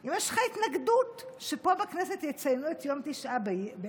אם יש לך התנגדות שפה בכנסת יציינו את יום תשעה באב